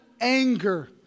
anger